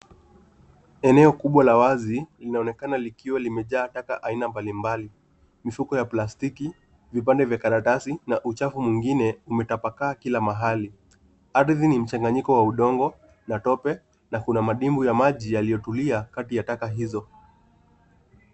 Eneo kubwa la wazi linaonekana likiwa limejaa taka aina mbalimbali. Mifuko ya plastiki, vipande vya karatasi na uchafu mwingine umetapakaa kila mahali. Ardhi ni mchanganyiko wa udongo, na tope na kuna madimbwi ya maji yaliyotulia kati ya taka hizo.